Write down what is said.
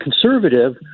conservative